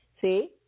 See